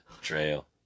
trail